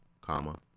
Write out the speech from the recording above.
comma